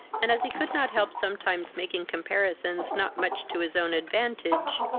and, as he could not help sometimes making comparisons not much to his own advantage,